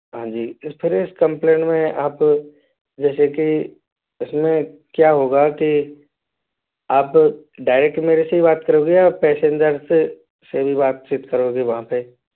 हाँ जी इस फिर इस कंप्लैन में आप जैसे कि इसमें क्या होगा कि आप डायरेक्ट मेरे से ही बात करोगे या पैसेन्जर से से भी बातचीत करोगे वहाँ पे